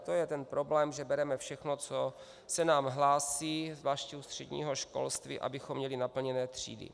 To je ten problém, že bereme všechno, co se nám hlásí, zvláště u středního školství, abychom měli naplněné třídy.